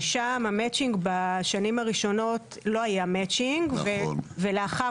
ששם בשנים הראשונות לא היה מצ'ינג ולאחר